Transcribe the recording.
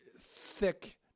thick